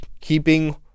keeping